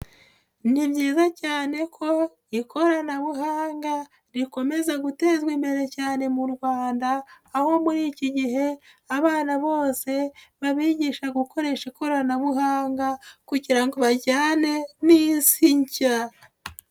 ni byiza cyane ko ikoranabuhanga rikomeza gutezwa imbere cyane mu Rwanda, aho muri iki gihe abana bose babigisha gukoresha ikoranabuhanga kugira ngo bajyane n'Isi nshya.